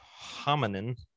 hominin